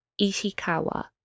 Ishikawa